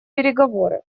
переговоры